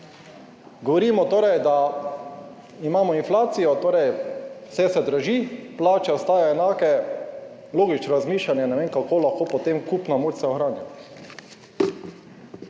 Govorimo torej, da imamo inflacijo, vse se draži, plače ostajajo enake. Logično razmišljanje – ne vem, kako se lahko potem kupna moč ohrani?